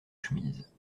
chemise